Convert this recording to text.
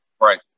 Right